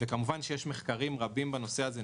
-- וכמובן שיש מחקרים רבים בנושא הזה,